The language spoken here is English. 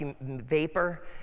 vapor